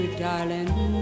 darling